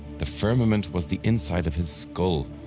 the firmament was the inside of his skull,